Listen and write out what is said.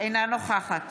אינה נוכחת